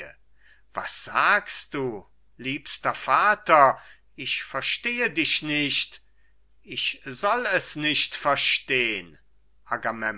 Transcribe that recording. was sagst du liebster vater ich verstehe dich nicht ich soll es nicht verstehn